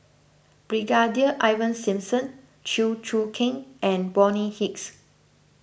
Brigadier Ivan Simson Chew Choo Keng and Bonny Hicks